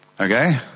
Okay